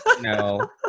No